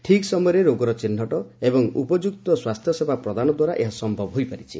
ଠିକ୍ ସମୟରେ ରୋଗର ଚିହ୍ବଟ ଏବଂ ଉପଯୁକ୍ତ ସ୍ୱାସ୍ଥ୍ୟସେବା ପ୍ରଦାନଦ୍ୱାରା ଏହା ସମ୍ଭବ ହୋଇପାରିଛି